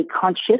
conscious